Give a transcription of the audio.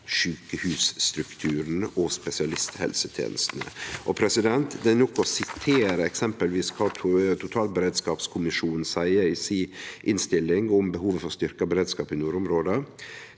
sjukehusstrukturen og spesialisthelsetenesta. Det er nok å sitere eksempelvis kva totalberedskapskommisjonen seier i innstillinga si om behovet for styrkt beredskap i nordområda.